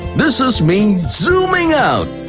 this is me zooming out.